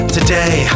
Today